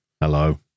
Hello